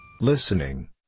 Listening